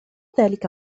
ذلك